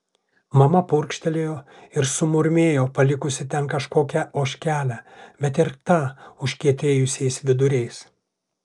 mama purkštelėjo ir sumurmėjo palikusi ten kažkokią ožkelę bet ir tą užkietėjusiais viduriais